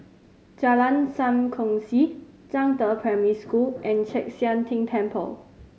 Jalan Sam Kongsi Zhangde Primary School and Chek Sian Tng Temple